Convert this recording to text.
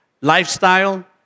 lifestyle